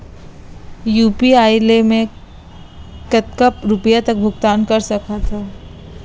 UPI ले मैं कतका रुपिया तक भुगतान कर सकथों